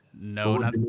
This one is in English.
No